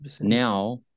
now